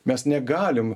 mes negalim